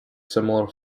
similar